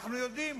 אנחנו יודעים,